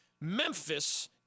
Memphis